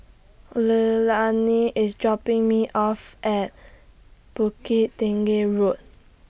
Leilani IS dropping Me off At Bukit Tinggi Road